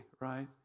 right